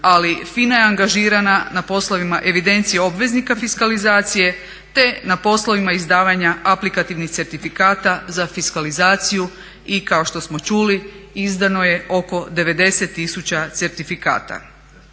Ali FINA je angažirana na poslovima evidencije obveznika fiskalizacije te na poslovima izdavanja aplikativnih certifikata za fiskalizaciju i kao što smo čuli izdano je oko 90 tisuća certifikata.